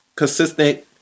Consistent